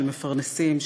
של מפרנסים,